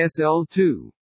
SL2